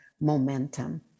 momentum